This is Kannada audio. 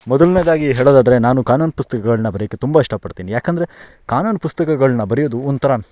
ಮೊದಲ್ನೇದಾಗಿ ಹೇಳೋದಾದರೆ ನಾನು ಕಾನೂನು ಪುಸ್ತಕಗಳನ್ನ ಬರೆಯೋಕೆ ತುಂಬ ಇಷ್ಟಪಡ್ತೀನಿ ಯಾಕೆಂದರೆ ಕಾನೂನು ಪುಸ್ತಕಗಳನ್ನ ಬರೆಯೋದು ಒಂಥರ